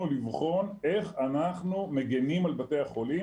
לבחון איך אנחנו מגינים על בתי החולים,